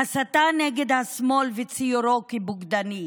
הסתה נגד השמאל וציורו כבוגדני,